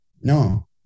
No